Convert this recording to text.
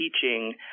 teaching